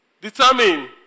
determine